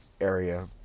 area